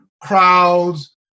crowds